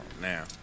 now